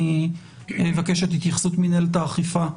אני אבקש את התייחסות מינהלת האכיפה.